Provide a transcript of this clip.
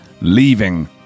leaving